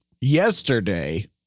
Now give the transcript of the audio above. yesterday